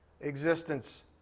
existence